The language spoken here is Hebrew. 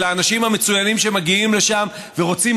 שלאנשים המצוינים שמגיעים לשם ורוצים